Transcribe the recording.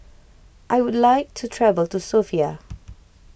I would like to travel to Sofia